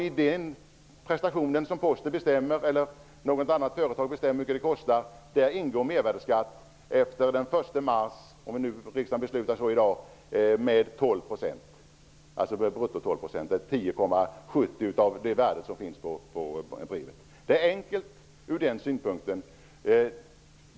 I den summa som Posten eller något annat företag bestämmer att prestationen skall kosta ingår, om riksdagen beslutar så i dag, efter den 1 mars mervärdesskatt med brutto 12 % eller 10,7 % av det värde som anges på brevet. Det är enkelt ur den synpunkten.